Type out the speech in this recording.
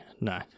No